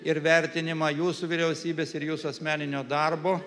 ir vertinimą jūsų vyriausybės ir jūsų asmeninio darbo